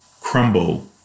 crumble